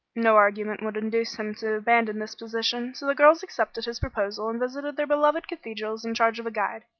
no argument would induce him to abandon this position so the girls accepted his proposal and visited their beloved cathedrals in charge of a guide,